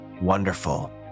Wonderful